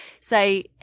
Say